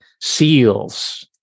SEALs